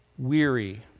Weary